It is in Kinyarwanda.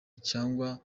cyangwa